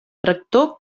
tractor